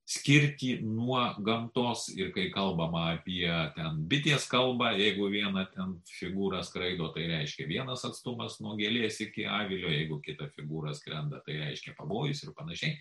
skirtį nuo gamtos ir kai kalbam apie ten bitės kalbą jeigu viena ten figūra skraido tai reiškia vienas atstumas nuo gėlės iki avilio jeigu kita figūra skrenda tai reiškia pavojus ir panašiai